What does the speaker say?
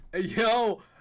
yo